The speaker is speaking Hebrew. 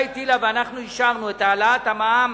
הממשלה הטילה ואנחנו אישרנו את העלאת המע"מ